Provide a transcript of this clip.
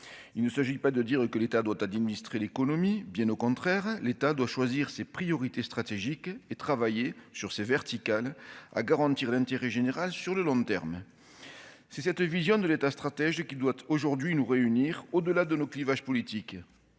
il ne s'agit pas de dire que l'État doit, a dit le ministre et l'économie, bien au contraire, l'État doit choisir ses priorités stratégiques et travailler sur ces à garantir l'intérêt général sur le long terme, c'est cette vision de l'État, stratège qui doit aujourd'hui nous réunir au-delà de nos clivages politiques,